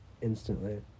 instantly